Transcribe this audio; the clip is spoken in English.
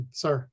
sir